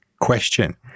question